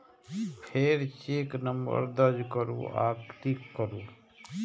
फेर check number दर्ज करू आ क्लिक करू